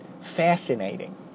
fascinating